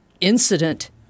incident